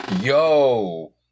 yo